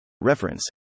Reference